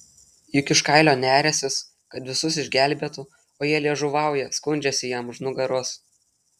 juk iš kailio neriąsis kad visus išgelbėtų o jie liežuvauja skundžiasi jam už nugaros